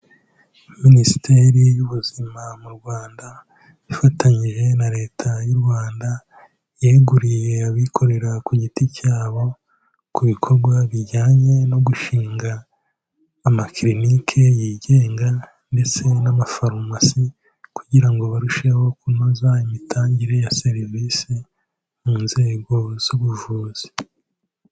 Minisiteri y'Ubuzima mu Rwanda ifatanyije na Leta y'u Rwanda yeguriye abikorera ku giti cyabo, ku bikorwa bijyanye no gushinga amakirinike yigenga ndetse n'amafarumasi, kugira ngo barusheho kunoza imitangire ya serivisi mu nzego z'ubuvuzi.